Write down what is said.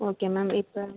okay ma'am இப்போ